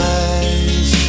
eyes